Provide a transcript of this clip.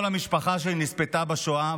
כל המשפחה שלי נספתה בשואה,